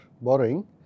borrowing